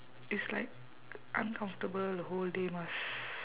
it's like uncomfortable the whole day must